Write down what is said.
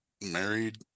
married